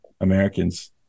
Americans